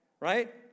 right